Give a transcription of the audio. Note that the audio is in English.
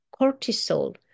cortisol